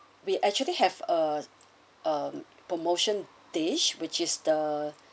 we actually have a a promotion dish which is the